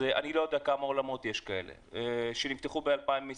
אני לא יודע כמה אולמות יש שנפתחו ב-2020.